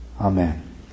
Amen